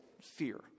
fear